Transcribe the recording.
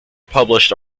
published